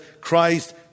Christ